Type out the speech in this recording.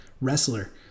wrestler